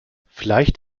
vielleicht